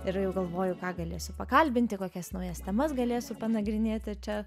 ir jau galvoju ką galėsiu pakalbinti kokias naujas temas galėsiu panagrinėti čia